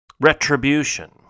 Retribution